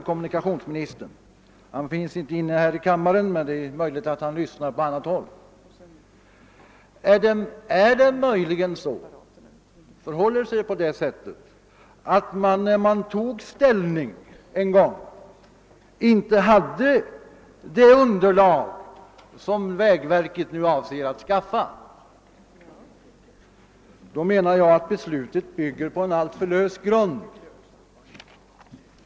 Kommunikationsministern är inte närvarande i kammaren nu, men då han kanske lyssnar på debatten i någon annan lokal vill jag fråga honom: Är det verkligen så, att när vi tog ställning till denna fråga hade vi inte det underlag som vägverket nu avser att skaffa fram? Om så är fallet menar jag att riksdagens beslut byggde på alltför lösa grunder.